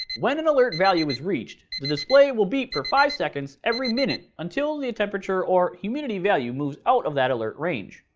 when an alert value is reached, the display will beep for five seconds every minute until the temperature or humidity value moves out of the alert range.